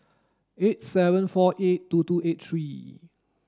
eight seven four eight two two eight three